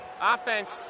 offense